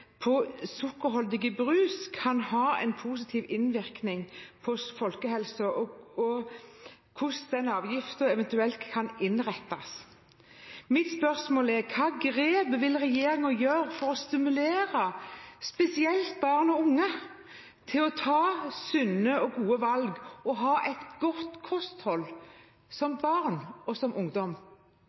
på sukkerholdig brus kan ha en positiv innvirkning på folkehelsa, og hvordan den avgiften eventuelt kan innrettes. Mitt spørsmål er: Hva slags grep vil regjeringen ta for å stimulere spesielt barn og unge til å ta sunne og gode valg og ha et godt kosthold, som barn og som ungdom?